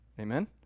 Amen